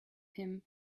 him